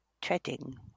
treading